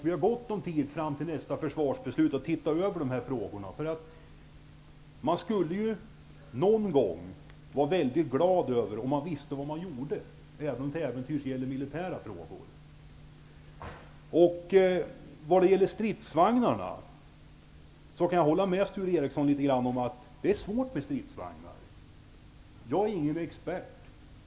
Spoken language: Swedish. Vi har gott om tid fram till nästa försvarsbeslut att se över dessa frågor. Jag skulle vara väldigt glad om man någon gång visste vad man gjorde, även om det till äventyrs gäller militära frågor. Jag kan hålla med Sture Ericson om att frågan om stridsvagnarna är en svår fråga. Jag är ingen expert.